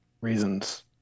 reasons